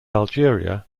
algeria